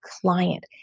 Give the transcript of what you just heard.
client